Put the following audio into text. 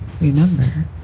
Remember